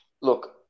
Look